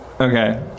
Okay